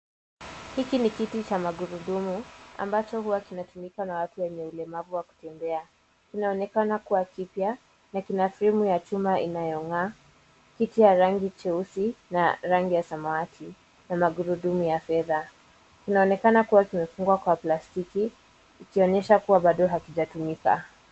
Hiki ni kiti cha magurudumu ambacho huwa kinatumika na watu wenye ulemavu wa kutembea. Kinaonekana kuwa kipya na kina sehemu ya chuma inayong'aa. Kiti ya rangi jeusi na rangi ya samawati na magurudumu ya fedha. Kinaonekana kuwa kimefungwa kwa plastiki ikionyesha kuwa bado hakijatumika.